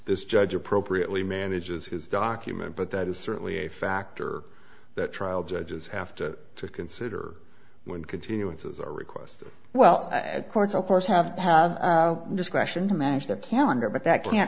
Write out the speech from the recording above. this judge appropriately manages his document but that is certainly a factor that trial judges have to consider when continuances are requested well and courts of course have to have discretion to manage their calendar but that can't